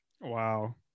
Wow